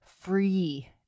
free